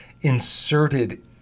inserted